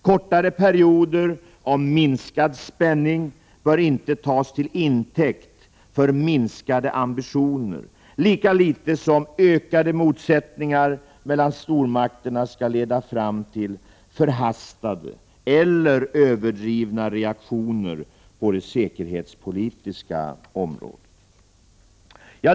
Kortare perioder av minskad spänning bör inte tas till intäkt för minskade ambitioner, lika litet som ökade motsättningar mellan stormakterna skall leda fram till förhastade eller överdrivna reaktioner på det säkerhetspolitiska området.